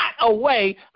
away